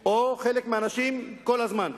או חלק מהאנשים כל הזמן,